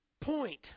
point